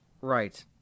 right